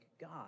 God